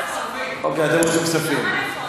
ועדת כספים.